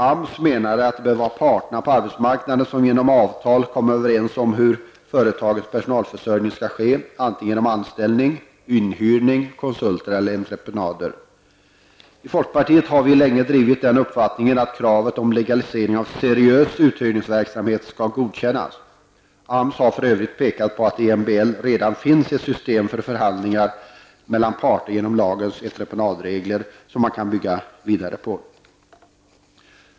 AMS menade att det bör vara parterna på arbetsmarknaden som genom avtal kommer överens om hur företagens personalförsörjning skall ske, antingen genom anställning, inhyrning, konsulter eller entreprenader. I folkpartiet har vi länge drivit den uppfattningen att kravet om legalisering av seriös uthyrningsverksamhet skall godkännas. AMS har för övrigt pekat på att det i MBL redan finns ett system för förhandlingar mellan parter genom lagens entreprenadregler, vilka man kan bygga vidare på.